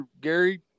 gary